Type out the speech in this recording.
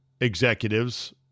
executives –